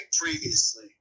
previously